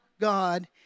God